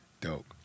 Dope